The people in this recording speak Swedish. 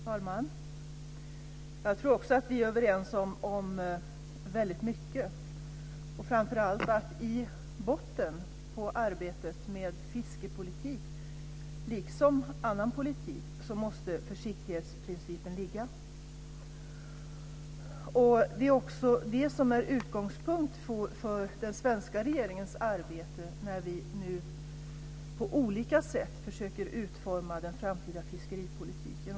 Fru talman! Jag tror också att vi är överens om mycket. Framför allt måste försiktighetsprincipen ligga i botten på arbetet med fiskepolitik, liksom med annan politik. Det är också det som är utgångspunkt för den svenska regeringens arbete när vi nu på olika sätt försöker utforma den framtida fiskeripolitiken.